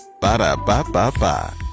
Ba-da-ba-ba-ba